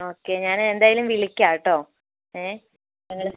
okay ഞാൻ എന്തായാലും വിളിക്കാം കേട്ടോ ഏ ഞങ്ങൾ